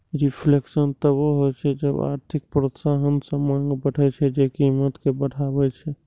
reflation तबो होइ छै जब आर्थिक प्रोत्साहन सं मांग बढ़ै छै, जे कीमत कें बढ़बै छै